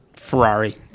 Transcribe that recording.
Ferrari